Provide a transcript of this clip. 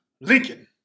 Lincoln